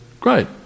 great